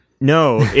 No